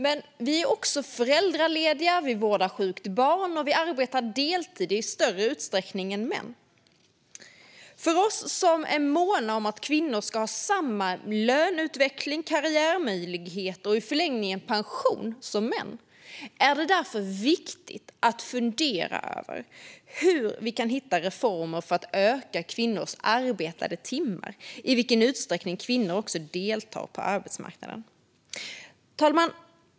Men vi är också föräldralediga, vi vårdar sjukt barn och vi arbetar deltid i större utsträckning än män. För oss som är måna om att kvinnor ska ha samma löneutveckling, karriärmöjligheter och, i förlängningen, pension som män är det därför viktigt att fundera över hur vi kan hitta reformer för att öka kvinnors arbetade timmar och i vilken utsträckning kvinnor deltar på arbetsmarknaden. Fru talman!